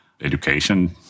education